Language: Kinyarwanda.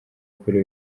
kuri